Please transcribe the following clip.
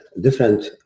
different